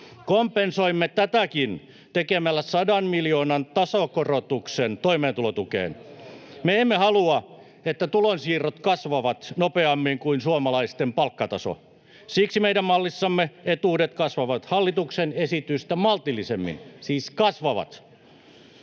Kompensoimme tätäkin tekemällä 100 miljoonan tasokorotuksen toimeentulotukeen. Me emme halua, että tulonsiirrot kasvavat nopeammin kuin suomalaisten palkkataso. Siksi meidän mallissamme etuudet kasvavat hallituksen esitystä maltillisemmin — siis kasvavat.